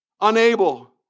unable